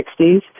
1960s